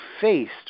faced